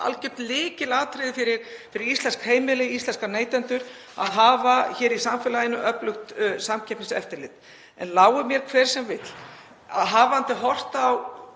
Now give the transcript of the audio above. algjört lykilatriði fyrir íslensk heimili, íslenska neytendur, að hafa í samfélaginu öflugt samkeppniseftirlit. En lái mér hver sem vill, þar sem maður hefur